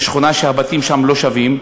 שכונה שהבתים שם לא שווים.